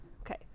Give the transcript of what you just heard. Okay